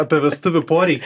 apie vestuvių poreikį